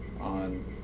on